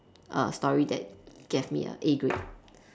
err story that gave me a A grade